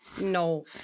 No